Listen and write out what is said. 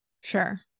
sure